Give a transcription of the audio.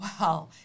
wow